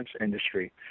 industry